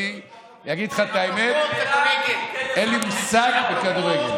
אני אגיד לך את האמת, אין לי מושג בכדורגל.